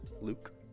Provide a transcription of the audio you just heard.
Luke